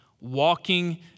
walking